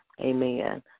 Amen